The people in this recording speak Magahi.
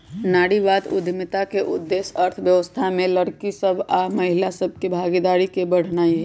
नारीवाद उद्यमिता के उद्देश्य अर्थव्यवस्था में लइरकि सभ आऽ महिला सभ के भागीदारी के बढ़ेनाइ हइ